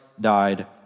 died